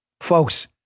Folks